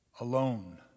alone